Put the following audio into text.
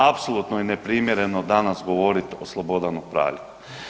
Apsolutno je neprimjereno danas govoriti o Slobodanu Praljku.